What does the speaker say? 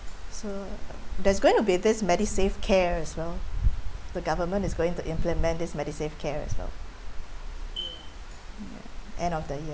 so there's going to be this MediSave Care as well the government is going to implement this MediSave Care as well ya end of the year ya